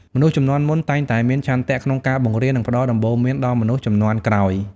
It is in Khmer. មនុស្សជំនាន់មុនតែងតែមានឆន្ទៈក្នុងការបង្រៀន និងផ្តល់ដំបូន្មានដល់មនុស្សជំនាន់ក្រោយ។